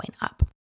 up